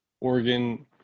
Oregon